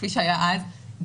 כפי שהיה אז,